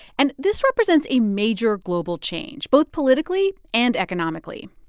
and this represents a major global change, both politically and economically,